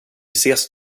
ses